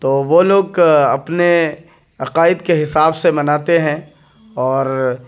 تو وہ لوک اپنے عقائد کے حساب سے مناتے ہیں اور